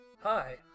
hi